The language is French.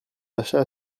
d’achat